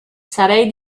sarei